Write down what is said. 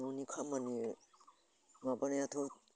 न'नि खामानि माबानायाथ'